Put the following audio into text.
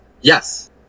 Yes